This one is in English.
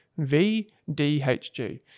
VDHG